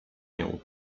nią